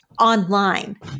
online